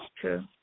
true